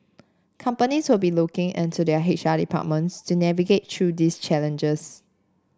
companies will be looking and to their H R departments to navigate through these challenges